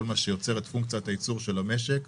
מה שיוצר את פונקציית הייצור של המשק.